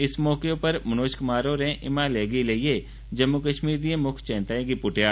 इस मौके उप्पर मनोज कुमार होरें हिमालय गी लेइयै जम्मू कश्मीर दिये मुक्ख चैताएं गी पुट्टेया